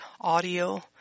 audio